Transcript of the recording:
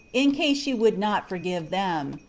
in case she would not forgive them.